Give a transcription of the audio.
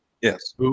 Yes